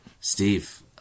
Steve